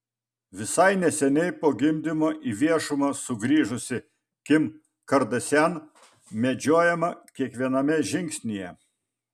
visai neseniai po gimdymo į viešumą sugrįžusi kim kardashian medžiojama kiekviename žingsnyje